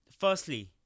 Firstly